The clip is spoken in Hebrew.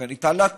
הרי ניתן להתפיל,